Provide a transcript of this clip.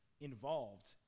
involved